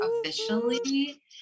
officially